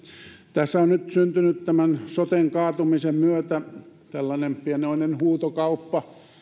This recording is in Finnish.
tässä on nyt syntynyt tämän soten kaatumisen myötä tällainen pienoinen huutokauppa